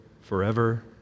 forever